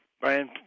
Brian